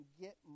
get